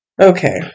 Okay